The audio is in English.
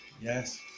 Yes